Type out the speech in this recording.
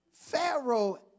Pharaoh